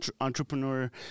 entrepreneur